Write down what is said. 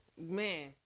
Man